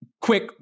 quick